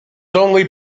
only